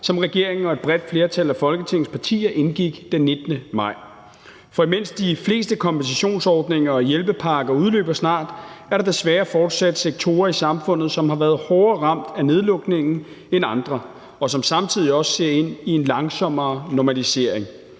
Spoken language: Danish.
som regeringen og et bredt flertal af Folketingets partier indgik den 19. maj. For imens de fleste kompensationsordninger og hjælpepakker snart udløber, er der desværre fortsat sektorer i samfundet, som har været hårdere ramt af nedlukningen end andre, og som samtidig også ser ind i en langsommere normalisering.